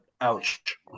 Ouch